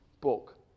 book